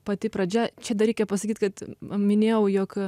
pati pradžia čia dar reikia pasakyt kad minėjau jog